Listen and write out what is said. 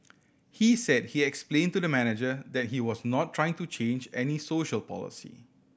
he said he explained to the manager that he was not trying to change any social policy